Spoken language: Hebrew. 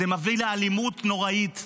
זה מביא לאלימות נוראית.